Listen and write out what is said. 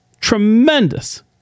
tremendous